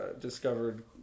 discovered